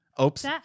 Oops